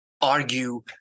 argue